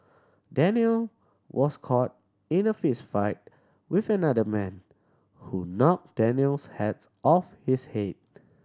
Daniel was caught in a fistfight with another man who knocked Daniel's hat off his head